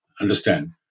understand